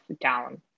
down